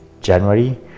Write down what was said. January